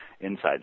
inside